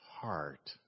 heart